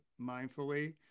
mindfully